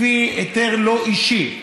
לפי היתר לא אישי.